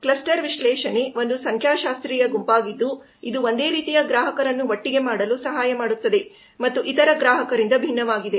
cluster ವಿಶ್ಲೇಷಣೆ ಒಂದು ಸಂಖ್ಯಾಶಾಸ್ತ್ರೀಯ ಗುಂಪಾಗಿದ್ದು ಇದು ಒಂದೇ ರೀತಿಯ ಗ್ರಾಹಕರನ್ನು ಒಟ್ಟಿಗೆ ಗುಂಪು ಮಾಡಲು ಸಹಾಯ ಮಾಡುತ್ತದೆ ಮತ್ತು ಇತರ ಗ್ರಾಹಕರಿಂದ ಭಿನ್ನವಾಗಿದೆ